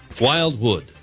Wildwood